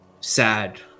sad